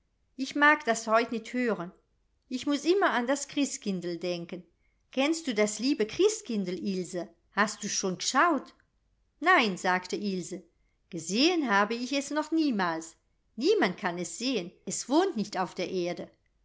ich mag das heut nit hören ich muß immer an das christkindl denken kennst du das liebe christkindl ilse hast du's schon g'schaut nein sagte ilse gesehen habe ich es noch niemals niemand kann es sehen es wohnt nicht auf der erde